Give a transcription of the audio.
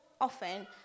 often